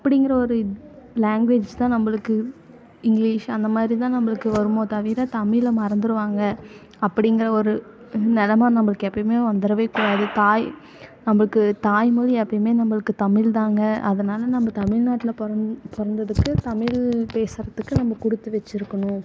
அப்படிங்கிற ஒரு லாங்வேஜ் தான் நம்மளுக்கு இங்லீஷ் அந்த மாதிரிதான் நம்மளுக்கு வருமோ தவிர தமிழை மறந்துடுவாங்க அப்படிங்கிற ஒரு நிலம நம்மளுக்கு எப்பைமே வந்துரவேக்கூடாது தாய் நம்மளுக்கு தாய்மொழி எப்போமே நம்மளுக்கு தமிழ்தாங்க அதனால நம்ம தமிழ்நாட்ல பொறந் பிறந்ததுக்கு தமிழ் பேசுறதுக்கு நம்ம கொடுத்து வெச்சுருக்கணும்